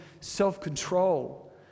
self-control